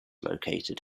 located